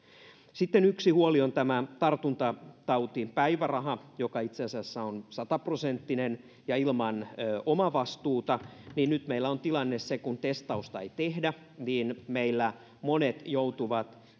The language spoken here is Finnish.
sitten yksi huoli on tämä tartuntatautipäiväraha joka itse asiassa on sataprosenttinen ja ilman omavastuuta nyt meillä on tilanne se että kun testausta ei tehdä niin meillä monet joutuvat